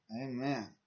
Amen